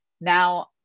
now